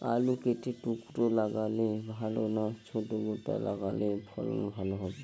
আলু কেটে টুকরো লাগালে ভাল না ছোট গোটা লাগালে ফলন ভালো হবে?